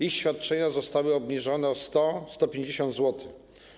Ich świadczenia zostały obniżone o 100-150 zł.